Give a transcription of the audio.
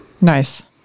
Nice